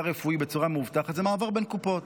רפואי בצורה מאובטחת היא מעבר בין קופות.